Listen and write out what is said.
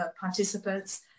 participant's